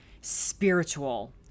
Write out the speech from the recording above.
spiritual